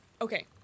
Okay